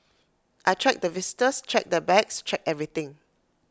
I check the visitors check their bags check everything